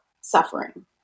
suffering